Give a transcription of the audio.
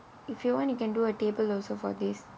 if you want you can do a table also for this